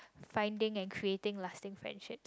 finding and creating lasting friendships